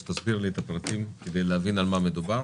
תסביר לי את הפרטים כדי להבין על מה מדובר.